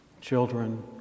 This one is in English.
children